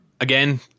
again